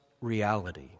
reality